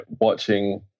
watching